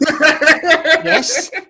Yes